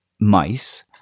mice